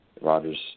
Rodgers